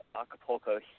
Acapulco